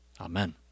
Amen